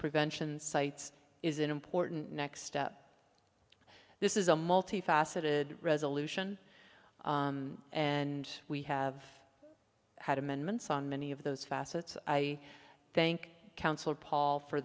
prevention sites is an important next step this is a multifaceted resolution and we have had amendments on many of those facets i thank counsel paul for